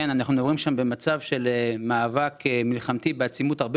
אנחנו מדברים שם במצב של מאבק מלחמתי בעצימות הרבה